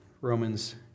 Romans